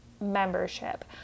Membership